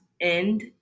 end